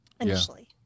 initially